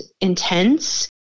intense